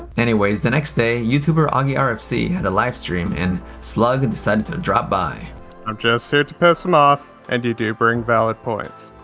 anyways, the next day, youtuber augierfc had a live stream and slug decided to drop by. s i'm just here to piss him off and you do bring valid points.